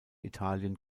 italien